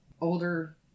older